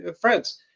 friends